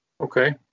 Okay